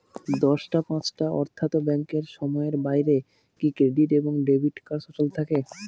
দশটা পাঁচটা অর্থ্যাত ব্যাংকের সময়ের বাইরে কি ক্রেডিট এবং ডেবিট কার্ড সচল থাকে?